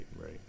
right